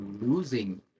losing